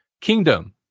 Kingdom